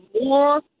more